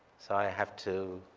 so i have to